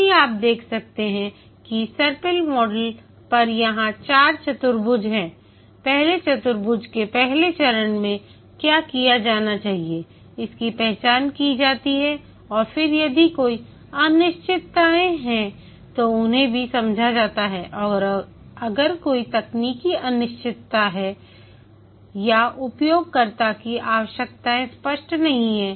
यदि आप देख सकते हैं कि सर्पिल मॉडल पर यहां चार चतुर्भुज हैंपहले चतुर्भुज के पहले चरण में क्या किया जाना चाहिए इसकी पहचान की जाती है और फिर यदि कोई अनिश्चितताएं है तो उन्हें भी समझा जाता है अगर कोई तकनीकी अनिश्चितता है या उपयोगकर्ता की आवश्यकताएं स्पष्ट नहीं हैं